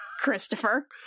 Christopher